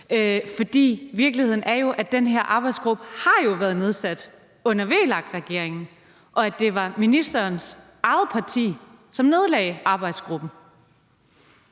For virkeligheden er jo, at den her arbejdsgruppe har været nedsat under VLAK-regeringen, og at det var ministerens eget parti, som nedlagde arbejdsgruppen.